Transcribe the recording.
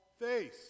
face